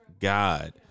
God